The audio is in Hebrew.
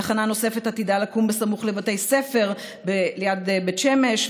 תחנה נוספת עתידה לקום סמוך לבתי ספר ליד בית שמש,